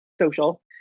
social